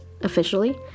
officially